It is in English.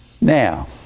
Now